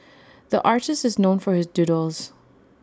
the artist is known for his doodles